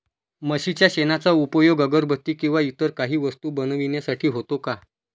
म्हशीच्या शेणाचा उपयोग अगरबत्ती किंवा इतर काही वस्तू बनविण्यासाठी होतो का?